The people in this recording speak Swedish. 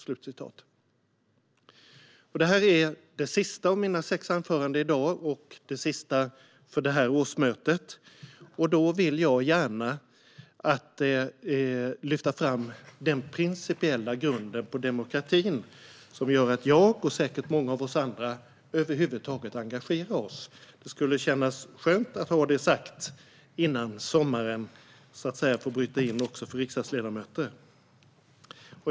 Detta är det sista av mina sex anföranden i dag och även det sista för det här riksmötet. Jag vill gärna lyfta fram den principiella grunden för demokratin, som gör att jag och säkert många andra över huvud taget engagerar oss. Det skulle kännas skönt att ha det sagt innan sommaren får bryta in också för riksdagsledamöter.